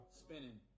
spinning